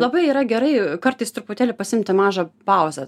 labai yra gerai kartais truputėlį pasiimti mažą pauzę